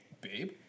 Babe